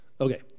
Okay